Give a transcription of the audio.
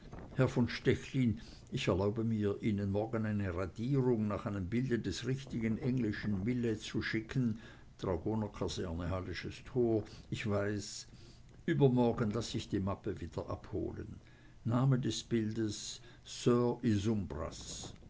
herr von stechlin ich erlaube mir ihnen morgen eine radierung nach einem bilde des richtigen englischen millais zu schicken dragonerkaserne hallesches tor ich weiß übermorgen laß ich die mappe wieder abholen name des bildes sir